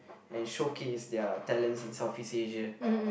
and showcase their talents in Southeast Asia